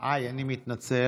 היי, אני מתנצל.